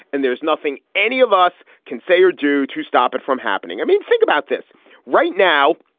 and there's nothing any of us can say or do to stop it from happening. i mean, think about this right now.